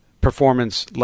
performance